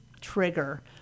trigger